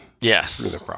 Yes